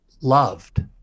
loved